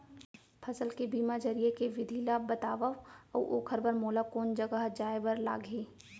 फसल के बीमा जरिए के विधि ला बतावव अऊ ओखर बर मोला कोन जगह जाए बर लागही?